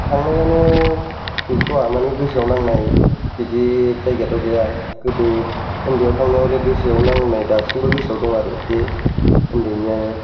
थांनायानो गैथ'वा माने गोसोआव नांनाय बिदि जायगायाथ' गैया गोदो उन्दैआव थांनायआव हले गोसोआव नांनाय दासिमबो गोसोआव दङ आरो बे उन्दैनिआनो